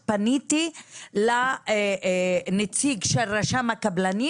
בדיון הקודם פניתי לנציג של רשם הקבלנים